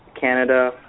Canada